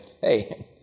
hey